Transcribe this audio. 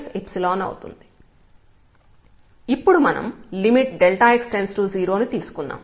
ఇప్పుడు మనం limit x→0 ని తీసుకుందాం